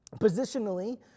Positionally